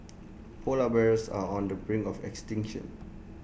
Polar Bears are on the brink of extinction